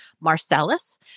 Marcellus